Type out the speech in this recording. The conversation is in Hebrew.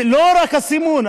זה לא רק הסימון.